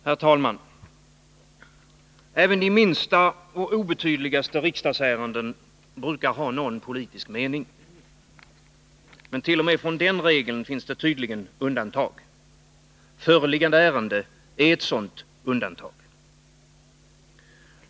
Herr talman! Även de minsta och obetydligaste riksdagsärenden brukar ha någon politisk mening. Men t.o.m. från den regeln finns det tydligen undantag. Föreliggande ärende är ett sådant undantag.